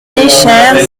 léchère